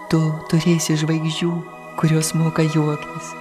tu turėsi žvaigždžių kurios moka juoktis